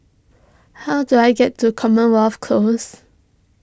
how do I get to Commonwealth Close